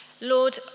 Lord